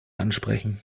ansprechen